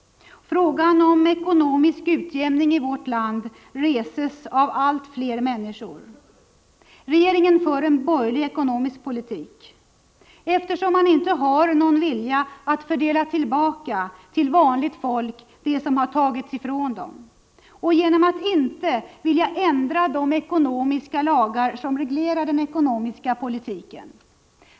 Frågan om ekonomisk utjämning i vårt land reses av allt fler. Regeringen för en borgerlig ekonomisk politik, eftersom man inte har någon vilja att fördela tillbaka till vanligt folk det som har tagits ifrån dem, och genom att inte ändra de ekonomiska lagar som reglerar den ekonomiska politiken.